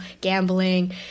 gambling